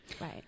Right